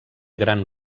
gran